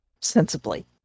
Sensibly